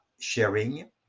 sharing